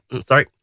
Sorry